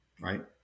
right